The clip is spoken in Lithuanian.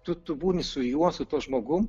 tu tu būni su juo su tuo žmogum